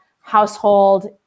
household